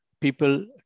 people